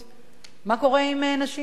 מה קורה עם נשים בכלל,